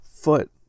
foot